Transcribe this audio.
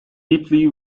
deeply